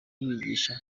kubigisha